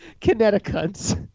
Connecticut